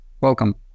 welcome